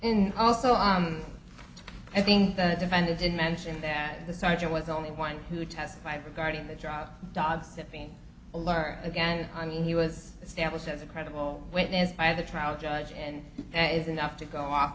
and also on i think the defendant did mention that the sergeant was only one who testified regarding the drug dogs that being alert again i mean he was established as a credible witness by the trial judge and that is enough to go off